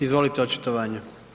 Izvolite očitovanje.